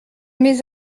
mes